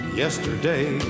yesterday